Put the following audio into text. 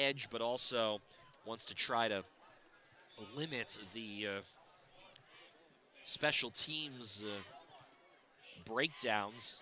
edge but also wants to try to limit the special teams breakdowns